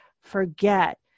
forget